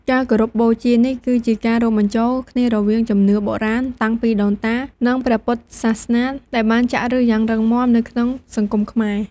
ការគោរពបូជានេះគឺជា ការរួមបញ្ចូលគ្នារវាង ជំនឿបុរាណ តាំងពីដូនតា និង ព្រះពុទ្ធសាសនា ដែលបានចាក់ឫសយ៉ាងរឹងមាំនៅក្នុង សង្គមខ្មែរ។